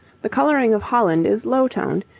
the colouring of holland is low toned,